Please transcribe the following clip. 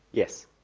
yes.